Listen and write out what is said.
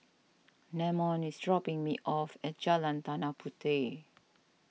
Namon is dropping me off at Jalan Tanah Puteh